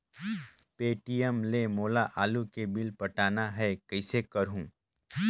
Paytm ले मोला आलू के बिल पटाना हे, कइसे करहुँ?